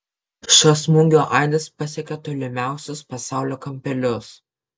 šio smūgio aidas pasiekė tolimiausius pasaulio kampelius